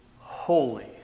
holy